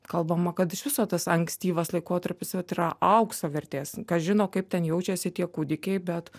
kalbama kad iš viso tas ankstyvas laikotarpis vat yra aukso vertės kas žino kaip ten jaučiasi tie kūdikiai bet